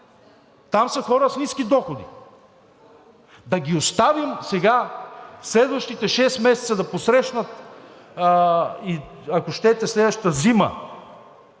Там са хора с ниски доходи. Да ги оставим сега, в следващите шест месеца, да посрещнат, ако щете, следващата зима,